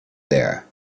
there